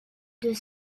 deux